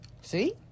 See